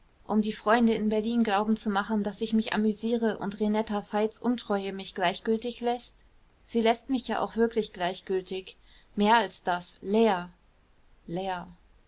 um die freunde in berlin glauben zu machen daß ich mich amüsiere und renetta veits untreue mich gleichgültig läßt sie läßt mich ja auch wirklich gleichgültig mehr als das leer leer